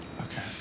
Okay